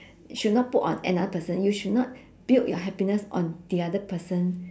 you should not put on another person you should not build your happiness on the other person